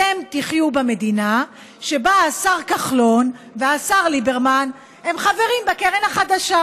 אתם תחיו במדינה שבה השר כחלון והשר ליברמן הם חברים בקרן החדשה.